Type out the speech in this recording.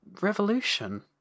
revolution